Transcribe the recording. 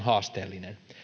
haasteellinen